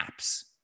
apps